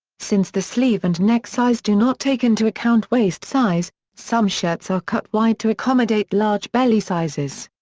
since the sleeve and neck size do not take into account waist size, some shirts are cut wide to accommodate large belly sizes.